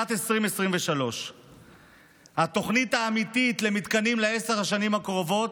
שנת 2023. התוכנית האמיתית למתקנים לעשר השנים הקרובות,